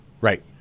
Right